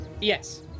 yes